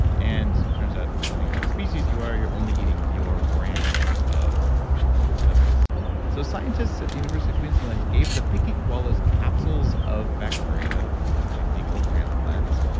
and it turns out depending on what species you are, you're only eating your brand of eucalyptus so, scientists at the university of queensland gave the picky koalas capsules of bacteria, basically fecal transplants,